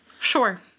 Sure